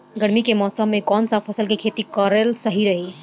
गर्मी के मौषम मे कौन सा फसल के खेती करल सही रही?